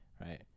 right